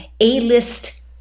A-list